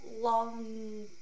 long